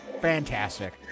fantastic